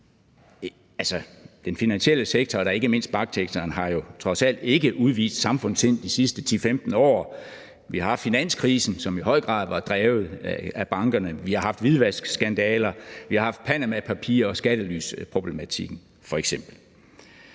Den finansielle sektor og da ikke mindst banksektoren har trods alt ikke udvist samfundssind de sidste 10-15 år; vi har haft finanskrisen, som i høj grad var drevet af bankerne, og vi har haft hvidvaskskandaler, vi har haft panamapapirer og skattelysproblematikken